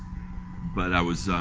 but i was,